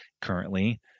currently